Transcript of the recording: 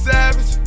Savage